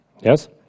Yes